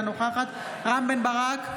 אינה נוכחת רם בן ברק,